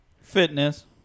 Fitness